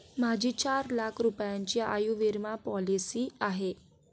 माझी चार लाख रुपयांची आयुर्विमा पॉलिसी आहे